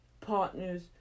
partners